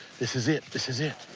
this is it. this is it.